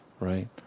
right